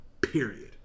period